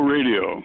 Radio